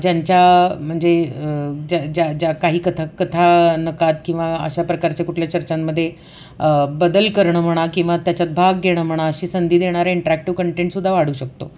ज्यांच्या म्हणजे ज्या ज्या ज्या काही कथ कथानकात किंवा अशा प्रकारच्या कुठल्या चर्चांमध्ये बदल करणं म्हणा किंवा त्याच्यात भाग घेणं म्हणा अशी संधी देणारे इंटरॲक्टिव्ह कंटेंटसुद्धा वाढू शकतो